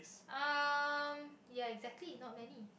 um ya exactly not many